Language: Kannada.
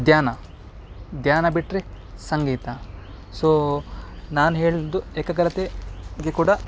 ಧ್ಯಾನ ಧ್ಯಾನ ಬಿಟ್ಟರೆ ಸಂಗೀತ ಸೊ ನಾನು ಹೇಳಿದ್ದು ಏಕಾಗ್ರತೆ ಗೆ ಕೂಡ